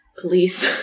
police